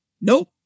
Nope